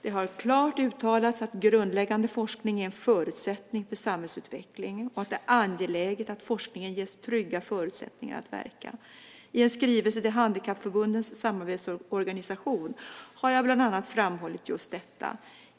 Det har klart uttalats att grundläggande forskning är en förutsättning för samhällsutvecklingen och att det är angeläget att forskningen ges trygga förutsättningar att verka. I en skrivelse till Handikappförbundens samarbetsorgan har jag bland annat framhållit just detta.